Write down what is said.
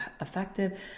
effective